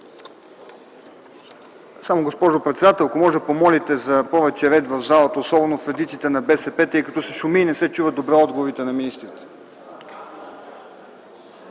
(СК): Госпожо председател, ако можете да помолите за повече ред в залата, особено в редиците на БСП, тъй като се шуми и не се чуват добре отговорите на министрите.